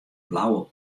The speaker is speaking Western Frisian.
blauwe